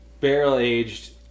barrel-aged